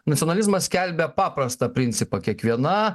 nacionalizmas skelbia paprastą principą kiekviena